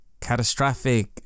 catastrophic